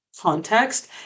context